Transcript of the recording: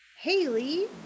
Haley